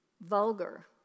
Vulgar